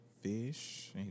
fish